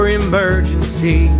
emergency